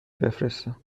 بفرستم